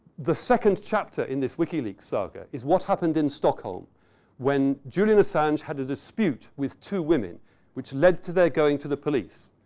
the second chapter in this wikileaks saga is what happened in stockholm when julian assange had a dispute with two women, which led to their going to the police.